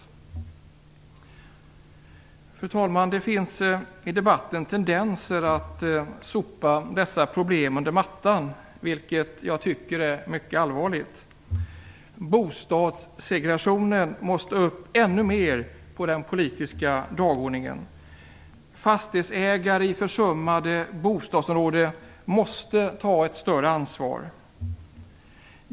Fru talman! Det finns i debatten tendenser att sopa dessa problem under mattan, vilket jag tycker är mycket allvarligt. Bostadssegregationen måste i ökad utsträckning upp på den politiska dagordningen. Fastighetsägare i försummade bostadsområden måste ta ett större ansvar.